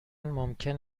ممکن